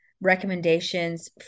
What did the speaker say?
recommendations